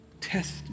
test